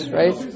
right